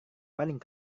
paling